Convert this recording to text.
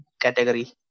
category